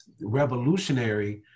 revolutionary